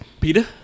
Peter